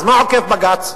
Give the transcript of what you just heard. אז מה עוקף בג"ץ?